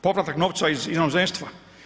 Povratak novca iz inozemstva?